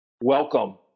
Welcome